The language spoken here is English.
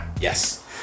Yes